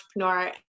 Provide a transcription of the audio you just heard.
entrepreneur